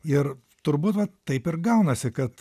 ir turbūt vat taip ir gaunasi kad